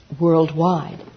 worldwide